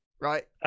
Right